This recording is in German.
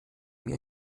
mir